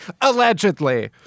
allegedly